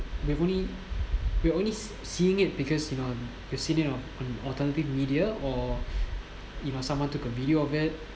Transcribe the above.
we've only we've only see~ seeing it because you know you seen it on on alternative media or it might someone took a video of it